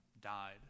died